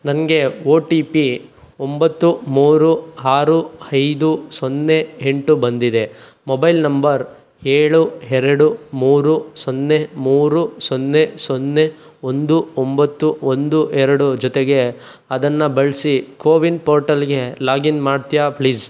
ನನಗೆ O T P ಒಂಬತ್ತು ಮೂರು ಆರು ಐದು ಸೊನ್ನೆ ಎಂಟು ಬಂದಿದೆ ಮೊಬೈಲ್ ನಂಬರ್ ಏಳು ಎರಡು ಮೂರು ಸೊನ್ನೆ ಮೂರು ಸೊನ್ನೆ ಸೊನ್ನೆ ಒಂದು ಒಂಬತ್ತು ಒಂದು ಎರಡು ಜೊತೆಗೆ ಅದನ್ನು ಬಳಸಿ ಕೋವಿನ್ ಪೋರ್ಟಲ್ಗೆ ಲಾಗಿನ್ ಮಾಡ್ತೀಯಾ ಪ್ಲೀಸ್